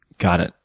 got it,